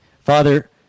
Father